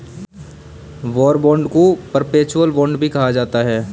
war bond को perpetual bond भी कहा जाता है